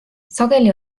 sageli